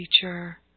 teacher